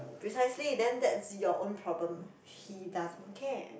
precisely then that's your own problem he doesn't care